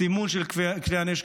סימון של כלי הנשק,